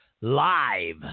live